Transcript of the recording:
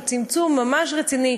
או צמצום ממש רציני,